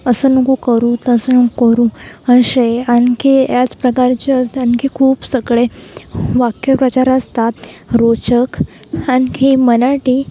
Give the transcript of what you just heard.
असं नको करू तसं नको करू असे ए आणखी याच प्रकारचे असे आणखी खूप सगळे वाक्यप्रचार असतात रोचक आणखी मराठी